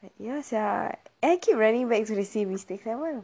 ya sia and keep running back to the same mistakes I'm